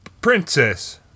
Princess